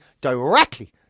directly